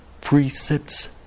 precepts